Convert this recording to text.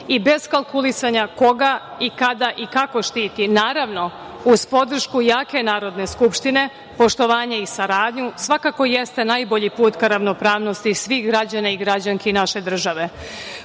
i bez kalkulisanja koga, kada i kako štiti, naravno, uz podršku jake Narodne skupštine, poštovanje i saradnju svakako jeste najbolji put ka ravnopravnosti svih građana i građanki naše